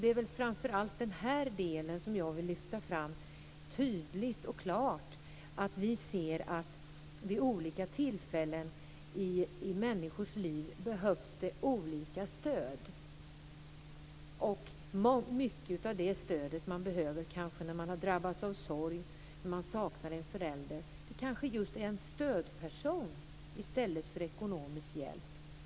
Det är framför allt den här delen som jag vill lyfta fram tydligt och klart. Vi ser att vid olika tillfällen i människors liv behövs det olika stöd. Det stöd man behöver när man har drabbats av sorg, när man saknar en förälder är kanske en stödperson i stället för ekonomisk hjälp.